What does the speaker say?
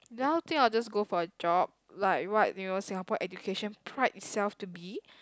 now I think I'll just go for a job like right you know Singapore education pride itself to be